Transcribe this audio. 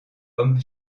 homme